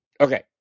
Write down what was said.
Okay